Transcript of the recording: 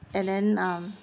and then um